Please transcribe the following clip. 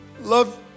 love